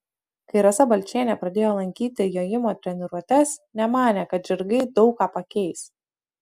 kai rasa balčienė pradėjo lankyti jojimo treniruotes nemanė kad žirgai daug ką pakeis